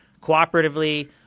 cooperatively